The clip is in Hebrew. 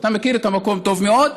אתה מכיר את המקום טוב מאוד,